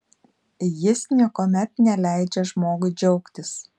jis niekuomet neleidžia žmogui džiaugtis